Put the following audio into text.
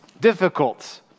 difficult